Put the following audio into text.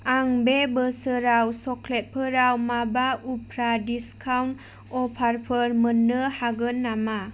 आं बे बोसोराव सक्लेटफोराव माबा उफ्रा डिसकाउन्ट अफारफोर मोन्नो हागोन नामा